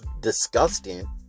disgusting